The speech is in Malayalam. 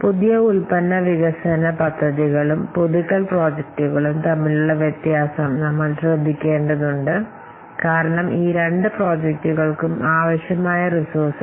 പുതിയ ഉൽപ്പന്ന വികസന പദ്ധതികളും പുതുക്കൽ പ്രോജക്റ്റുകളും തമ്മിലുള്ള വ്യത്യാസം നമ്മൾ ശ്രദ്ധിക്കേണ്ടതുണ്ട് കാരണം ഒരു പ്രോജക്റ്റ് പുതുതായി വികസിപ്പിക്കുന്നതും അവിടെ പ്രൊജക്റ്റ് ചെയ്യുന്നതും തമ്മിൽ മതിയായ വ്യത്യാസമുണ്ടോയെന്ന് നോക്കുക